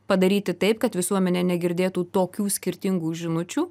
padaryti taip kad visuomenė negirdėtų tokių skirtingų žinučių